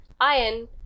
iron